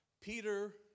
Peter